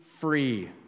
free